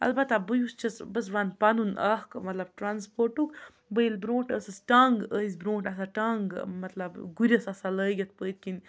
البتہ بہٕ یُس چھَس بہٕ حظ وَنہٕ پَنُن اَکھ مطلب ٹرٛانَسپوٹُک بہٕ ییٚلہِ بروںٛٹھ ٲسٕس ٹانٛگہٕ ٲسۍ بروںٛٹھ آسان ٹانٛگہٕ مطلب گُرِس آسان لٲگِتھ پٔتۍ کِنۍ